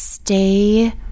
stay